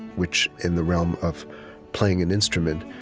which in the realm of playing an instrument,